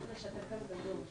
העוגן הראשון,